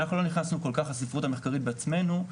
אנחנו לא נכנסנו כל כך לספרות המחקרית בעצמנו,